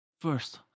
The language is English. First